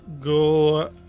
go